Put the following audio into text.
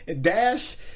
Dash